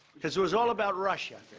cause it was all about russia.